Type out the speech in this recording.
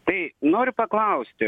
tai noriu paklausti